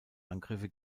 angriffe